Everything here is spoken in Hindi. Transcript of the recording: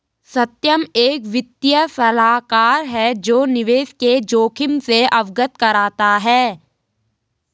सत्यम एक वित्तीय सलाहकार है जो निवेश के जोखिम से अवगत कराता है